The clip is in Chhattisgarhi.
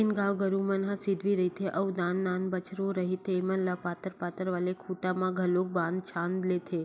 जेन गाय गरु मन ह सिधवी रहिथे अउ नान नान बछरु रहिथे ऐमन ल पातर पातर वाले खूटा मन म घलोक बांध छांद देथे